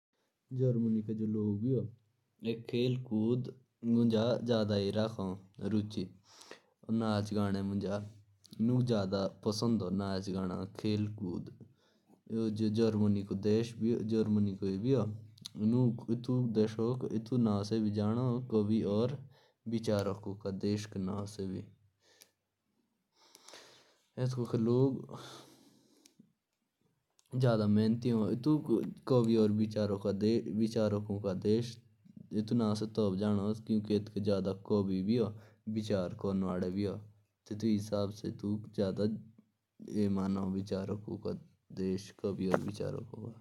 जर्मनी जो देश ह वहाँ भी नाच गाना बहुत जादा ह। और उस देश को विचारको का देश मांते ह।